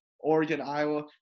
Oregon-Iowa